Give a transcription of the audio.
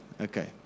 Okay